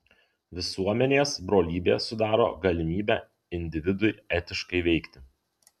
visuomenės brolybė sudaro galimybę individui etiškai veikti